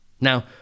Now